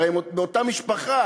הרי הם באותה משפחה,